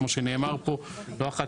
כמו שנאמר פה לא אחת,